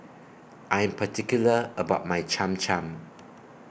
I Am particular about My Cham Cham